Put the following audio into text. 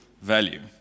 value